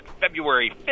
February